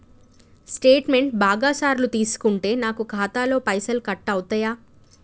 Statement బాగా సార్లు తీసుకుంటే నాకు ఖాతాలో పైసలు కట్ అవుతయా?